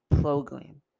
program